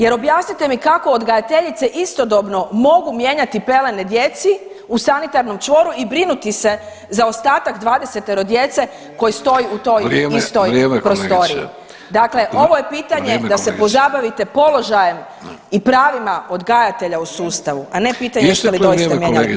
Jer objasnite mi kako odgajateljice istodobno mogu mijenjati pelene djeci u sanitarnom čvoru i brinuti se za ostatak dvadesetero djece koje stoji u toj istoj prostoriji? [[Upadica Vidović: Vrijeme kolegice.]] Dakle, ovo je pitanje da se [[Upadica Vidović: Vrijeme kolegice.]] pozabavite položajem i pravima odgajatelja u sustavu, a ne pitanje jeste li doista mijenjali pelene.